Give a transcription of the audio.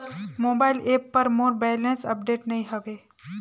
mobile app पर मोर balance update नई हवे